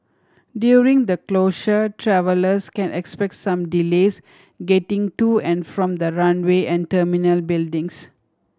during the closure travellers can expect some delays getting to and from the runway and terminal buildings